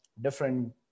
different